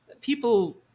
people